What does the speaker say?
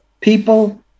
people